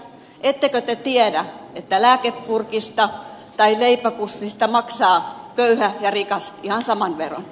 ettekö te tiedä että lääkepurkista tai leipäpussista maksaa köyhä ja rikas ihan saman veron